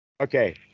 okay